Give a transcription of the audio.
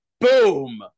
boom